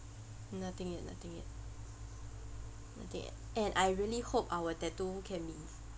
nothing yet nothing yet nothing yet and I really hope our tattoo can be